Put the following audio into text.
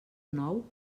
nou